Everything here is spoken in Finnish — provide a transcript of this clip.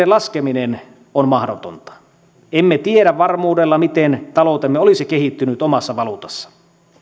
laskeminen on mahdotonta emme tiedä varmuudella miten taloutemme olisi kehittynyt omassa valuutassa